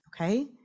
Okay